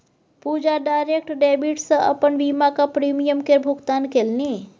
पूजा direct debit सँ अपन बीमाक प्रीमियम केर भुगतान केलनि